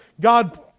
God